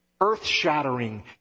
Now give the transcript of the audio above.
earth-shattering